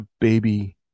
baby